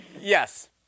Yes